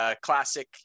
classic